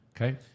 Okay